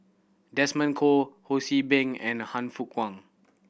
Desmond Kon Ho See Beng and Han Fook Kwang